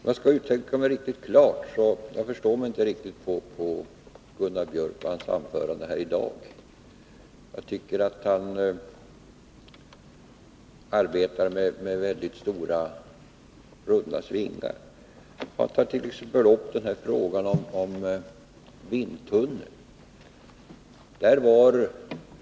Herr talman! För att uttrycka mig klart vill jag säga att jag inte förstår mig på Gunnar Björk i Gävle och det han sade i sitt anförande här i dag, där han pratade med väldigt stora svingar. Gunnar Björk tog bl.a. upp frågan om vindtunneln.